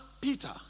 peter